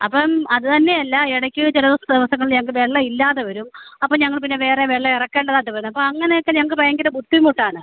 അപ്പം അത് തന്നെ അല്ല ഇടക്ക് ചില ദിവസങ്ങളിൽ ഞങ്ങൾക്ക് വെള്ളം ഇല്ലാതെ വരും അപ്പോൾ ഞങ്ങൾ പിന്നെ വേറെ വെള്ളം ഇറക്കേണ്ടതായിട്ട് വരും അപ്പോൾ അങ്ങനെ ഒക്കെ ഞങ്ങൾക്ക് ഭയങ്കര ബുദ്ധിമുട്ടാണ്